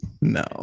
No